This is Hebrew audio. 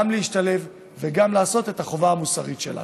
גם להשתלב וגם לעשות את החובה המוסרית שלנו.